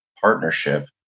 partnership